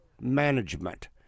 management